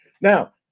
now